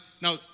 now